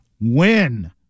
win